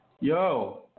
Yo